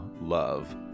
love